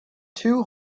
two